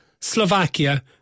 Slovakia